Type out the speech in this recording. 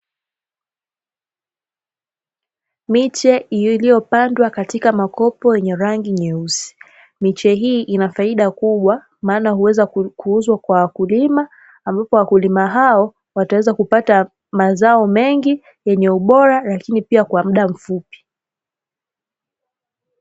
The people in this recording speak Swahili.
Miche iliyopandwa katika makopo yenye rangi nyeusi. Miche hii ina faida kubwa maana huweza kuuzwa kwa wakulima, ambapo wakulima hao wataweza kupata mazao mengi yenye ubora, lakini pia kwa muda mfupi.